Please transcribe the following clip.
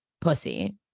pussy